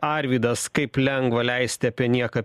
arvydas kaip lengva leisti apie nieką